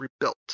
rebuilt